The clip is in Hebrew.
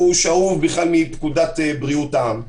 הוא שאוב בכלל מפקודת בריאות העם,